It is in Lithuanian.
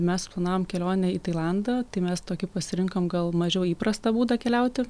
mes suplanavom kelionę į tailandą tai mes tokį pasirinkome gal mažiau įprastą būdą keliauti